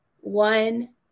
one